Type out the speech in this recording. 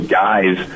guys